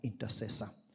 intercessor